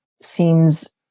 seems